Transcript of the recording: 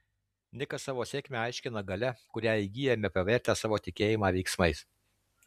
nikas savo sėkmę aiškina galia kurią įgyjame pavertę savo tikėjimą veiksmais